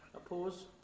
opposed?